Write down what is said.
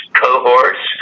cohorts